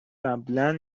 قبلا